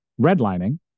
redlining